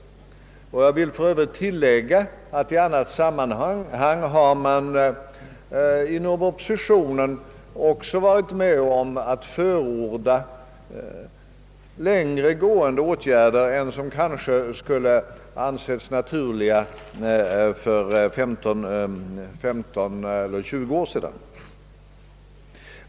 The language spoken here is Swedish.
— Jag vill för övrigt tillägga att man inom oppositionen i annat sammanhang varit med om att förorda längre gående åtgärder än som kanske skulle ha ansetts naturliga för 15, 20 år sedan.